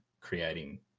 creating